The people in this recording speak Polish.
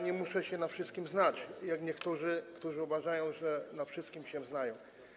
Nie muszę się na wszystkim znać, tak jak niektórzy, którzy uważają, że na wszystkim się znają.